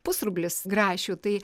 pusrublis grašių tai